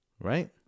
right